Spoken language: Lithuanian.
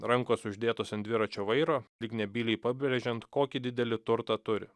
rankos uždėtos ant dviračio vairo lyg nebyliai pabrėžiant kokį didelį turtą turi